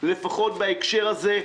לפחות בהקשר הזה,